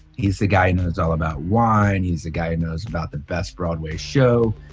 he's the guy and it's all about wine. he's a guy who knows about the best broadway show.